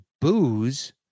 booze